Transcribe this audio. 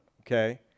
okay